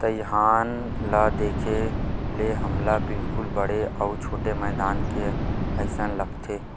दईहान ल देखे ले हमला बिल्कुल बड़े अउ छोटे मैदान के असन लगथे